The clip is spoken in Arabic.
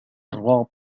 الراب